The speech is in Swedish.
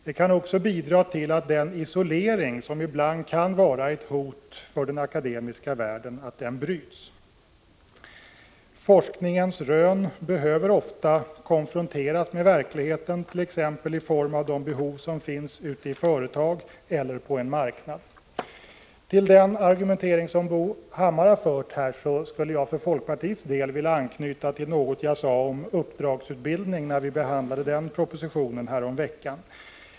Det kan också bidra till att den isolering som ibland kan vara ett hot för den akademiska världen bryts. Forskningens rön behöver ofta konfronteras med verkligheten, t.ex. i form av de behov som finns ute i företagen eller på en marknad. Till den argumentering som Bo Hammar förde nyss skulle jag för folkpartiets del vilja svara genom att anknyta till något jag sade om uppdragsutbildning, när vi behandlade den propositionen häromveckan.